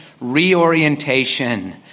reorientation